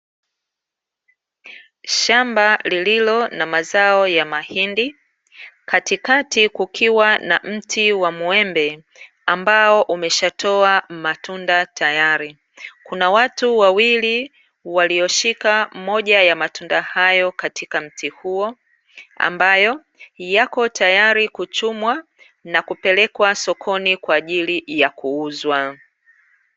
Shamba lililo na mazao ya mahindi, katikati kukiwa na mti wa muembe ambao umeshatoa matunda tayari. Kuna watu wawili walioshika moja ya matunda hayo katika mti huo, ambayo yako tayari kuchumwa na kupelekwa sokoni kwa ajili ya kuuzwa.